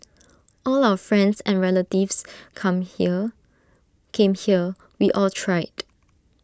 all our friends and relatives come here came here we all tried